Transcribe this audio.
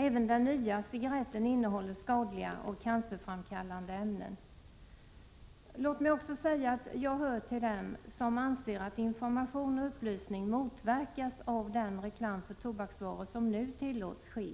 Även den nya cigaretten innehåller skadliga och cancerframkallande ämnen. Låt mig också säga att jag hör till dem som anser att information och upplysning motverkas av den reklam för tobaksvaror som nu tillåts ske.